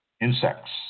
insects